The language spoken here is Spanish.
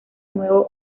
nuevo